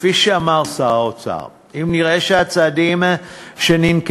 כפי שאמר שר האוצר, אם נראה שהצעדים שנקטנו